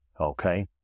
Okay